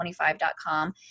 25.com